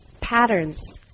patterns